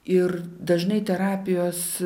ir dažnai terapijos